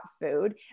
food